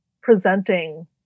presenting